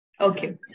Okay